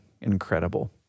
incredible